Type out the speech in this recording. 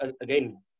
again